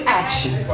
action